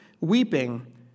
weeping